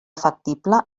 factible